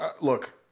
look